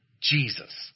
Jesus